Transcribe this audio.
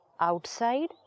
outside